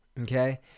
Okay